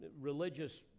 religious